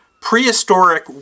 prehistoric